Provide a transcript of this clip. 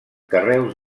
carreus